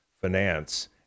finance